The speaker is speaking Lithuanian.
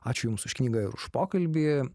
ačiū jums už knygą ir už pokalbį